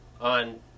on